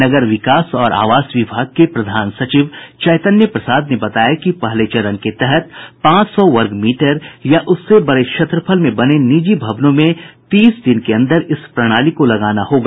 नगर विकास और आवास विभाग के प्रधान सचिव चैतन्य प्रसाद ने बताया कि पहले चरण के तहत पांच सौ वर्ग मीटर या उससे बड़े क्षेत्रफल में बने निजी भवनों में तीस दिन के अंदर इस प्रणाली को लगाना होगा